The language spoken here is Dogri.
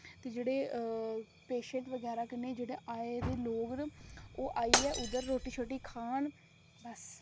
ते जेह्ड़े पेशैंट बगैरा कन्नै जेह्ड़े आए दे लोग न ओह् आइयै उद्धर रुट्टी शुट्टी खान बस